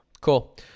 Cool